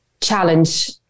challenge